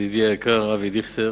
ידידי היקר אבי דיכטר,